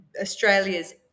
Australia's